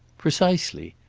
precisely.